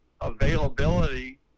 availability